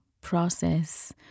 process